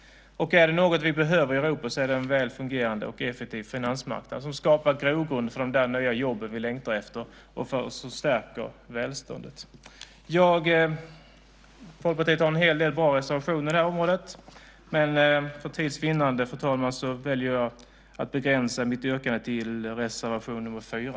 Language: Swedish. Och om det är något som vi behöver i Europa så är det en väl fungerande och effektiv finansmarknad som skapar grogrund för de nya jobb som vi längtar efter och som stärker välståndet. Folkpartiet har en hel del bra reservationer på detta område, men för tids vinnande väljer jag att yrka bifall endast till reservation 4.